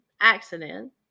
accident